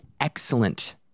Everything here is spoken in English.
excellent